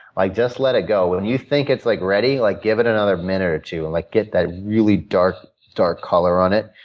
like just let it go. when you think it's like ready, like give it another minute or two and like get that really dark, dark color on it.